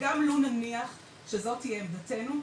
גם לו נניח וזאת תהיה עמדתינו,